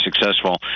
successful